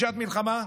בשעת מלחמה?